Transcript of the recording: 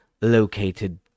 located